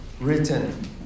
written